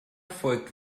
folgt